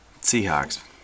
Seahawks